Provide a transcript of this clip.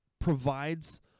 provides